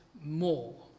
more